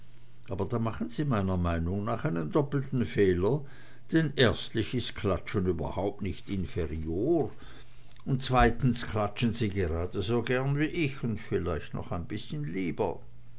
aber da machen sie meiner meinung nach einen doppelten fehler denn erstlich ist klatschen überhaupt nicht inferior und zweitens klatschen sie geradeso gern wie ich und vielleicht noch ein bißchen lieber